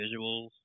visuals